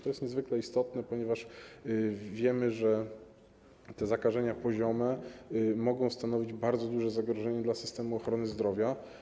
To jest niezwykle istotne, ponieważ wiemy, że zakażenia poziome mogą stanowić bardzo duże zagrożenie dla systemu ochrony zdrowia.